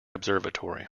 observatory